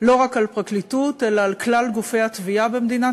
לא רק על הפרקליטות אלא על כלל גופי התביעה במדינת